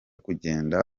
kugenda